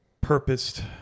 purposed